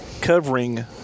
covering